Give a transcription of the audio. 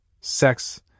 Sex